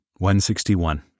161